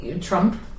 Trump